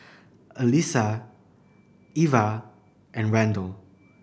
Alisa Iva and Randell